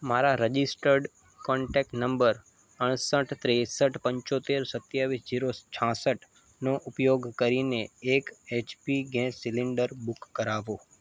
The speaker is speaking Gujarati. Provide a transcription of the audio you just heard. મારા રજીસ્ટર્ડ કોન્ટેક્ટ નંબર અડસઠ ત્રેસઠ પંચોતેર સત્યાવીસ ડીરો છાસઠનો ઉપયોગ કરીને એક H P gas cylinder book કરાવો